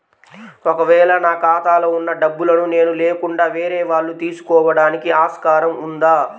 ఒక వేళ నా ఖాతాలో వున్న డబ్బులను నేను లేకుండా వేరే వాళ్ళు తీసుకోవడానికి ఆస్కారం ఉందా?